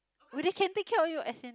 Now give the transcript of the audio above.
they can take care of you as in